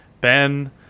ben